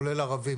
כולל ערבים.